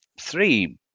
Three